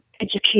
education